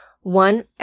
One